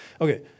okay